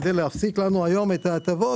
כדי להפסיק לנו היום את ההטבות,